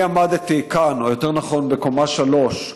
אני עמדתי כאן, או יותר נכון בקומה שלוש,